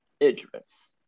idris